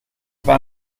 war